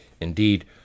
Indeed